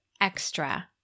extra